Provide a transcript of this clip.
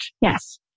yes